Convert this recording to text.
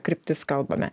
kryptis kalbame